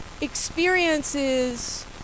experiences